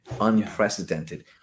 unprecedented